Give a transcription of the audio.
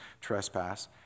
trespass